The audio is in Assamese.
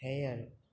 সেয়ে আৰু